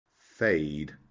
fade